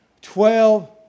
twelve